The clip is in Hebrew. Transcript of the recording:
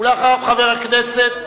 ואחריו, חבר הכנסת שאמה.